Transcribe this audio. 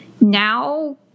now